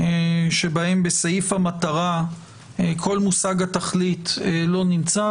שבהם בסעיף המטרה כל מושג התכלית לא נמצא,